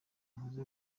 nkoze